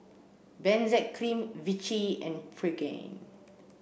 Benzac Cream Vichy and Pregain